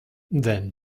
then